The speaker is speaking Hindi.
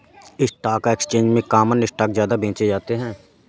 स्टॉक एक्सचेंज में कॉमन स्टॉक ज्यादा बेचे जाते है